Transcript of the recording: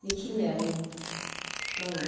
बेखिनियानो दङ